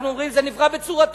אנחנו אומרים שזה נברא בצורתו.